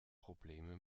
probleme